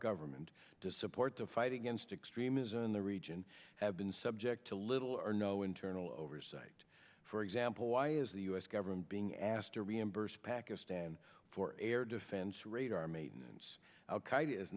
government to support the fight against extremism in the region have been subject to little or no internal oversight for example why is the u s government being asked to reimburse pakistan for air defense radar maintenance al